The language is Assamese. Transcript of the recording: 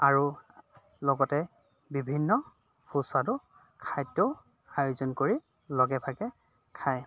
আৰু লগতে বিভিন্ন সুস্বাদু খাদ্য আয়োজন কৰি লগে ভাগে খায়